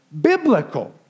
biblical